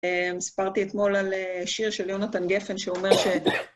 סיפרתי אתמול על שיר של יהונתן גפן, שאומר ש...